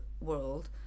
world